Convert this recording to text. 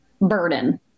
burden